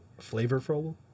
flavorful